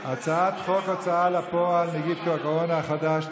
הצעת חוק ההוצאה לפועל (נגיף הקורונה החדש,